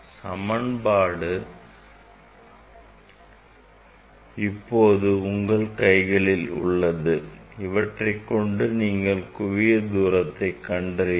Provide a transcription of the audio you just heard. சமன்பாடு இப்போது உங்கள் கைகளில் உள்ளது இவற்றைக் கொண்டு நீங்கள் குவிய தூரத்தை கண்டறியலாம்